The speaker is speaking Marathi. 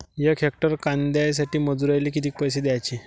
यक हेक्टर कांद्यासाठी मजूराले किती पैसे द्याचे?